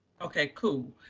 okay, cool.